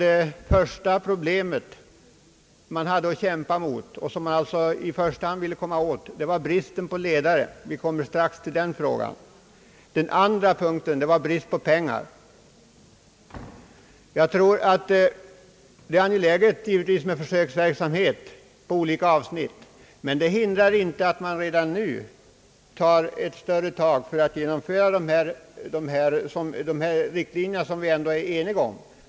Det största problemet, vilket man i första hand vill komma åt, är bristen på ledare — vi kommer strax till denna fråga — och därnäst bekymrar man sig för brist på pengar. Givetvis är det angeläget med försöksverksamhet på olika avsnitt, men det hindrar inte att det redan nu tas ett större tag i enlighet med de riktlinjer som vi ändå är eniga om.